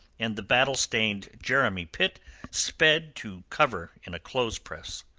and the battle-stained jeremy pitt sped to cover in a clothes-press.